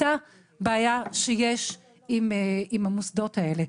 אותה בעיה שיש עם המוסדות האלה.